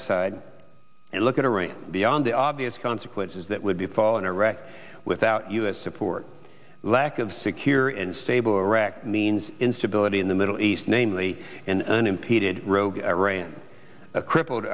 aside and look at a range beyond the obvious consequences that would be fall in iraq without u s support lack of secure and stable iraq means instability in the middle east namely an unimpeded rogue iran a crippled